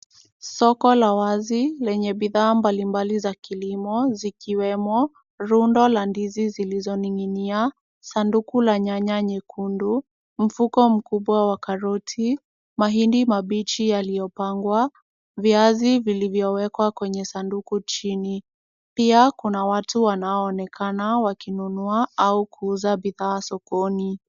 Soko la wazi lenye bidhaa mbalimbali za kilimo zikiwemo rundo la ndizi zilizoning'inia, sanduku la nyanya nyekundu, mfuko mkubwa wa karoti, mahindi mabichi yakiyopangwa, viazi vilivyowekwa kwenye sanduku chini. Pia kuna watu wanaoonekana wakinunua au kuuza bidhaa sokoni.